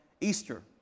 Easter